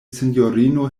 sinjorino